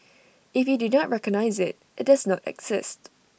if you do not recognise IT it does not exist